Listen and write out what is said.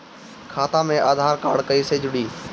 खाता मे आधार कार्ड कईसे जुड़ि?